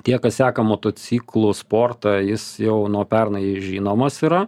tie kas seka motociklų sportą jis jau nuo pernai žinomas yra